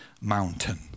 mountain